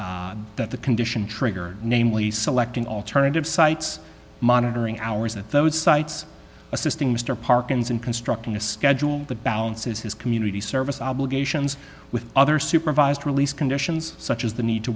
burdens that the condition triggered namely selecting alternative sites monitoring hours at those sites assisting mr parkins in constructing a schedule that balances his community service obligations with other supervised release conditions such as the need to